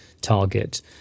target